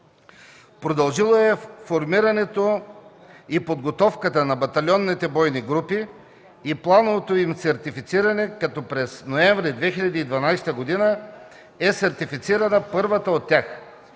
Продължило е формирането и подготовката на батальонните бойни групи и плановото им сертифициране, като през ноември 2012 г. е сертифицирана първата от тях.